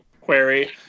query